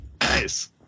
Nice